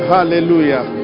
Hallelujah